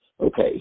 Okay